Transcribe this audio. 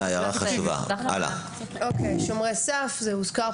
הוזכרו פה קודם שומרי סף.